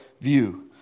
view